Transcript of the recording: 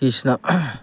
Krishna